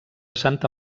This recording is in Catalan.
santa